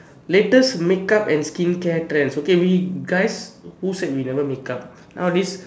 latest makeup and skincare trend okay we guys who say we never makeup nowadays